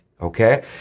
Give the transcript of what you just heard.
okay